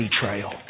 betrayal